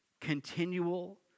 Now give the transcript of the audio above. continual